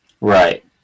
right